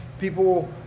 people